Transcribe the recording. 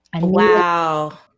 Wow